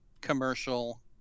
commercial